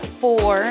four